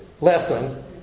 lesson